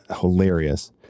hilarious